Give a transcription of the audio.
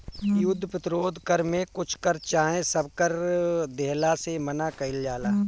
युद्ध प्रतिरोध कर में कुछ कर चाहे सब कर देहला से मना कईल जाला